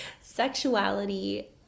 sexuality